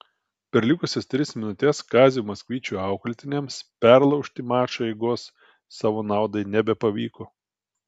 per likusias tris minutes kazio maksvyčio auklėtiniams perlaužti mačo eigos savo naudai nebepavyko